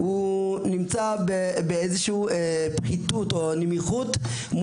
הדבר השלישי הוא המעטפת החברתית וגם את זה הזכרתם קודם